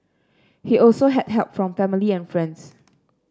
he also had help from family and friends